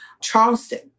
Charleston